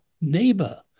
neighbor